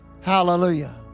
Hallelujah